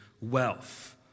wealth